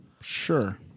Sure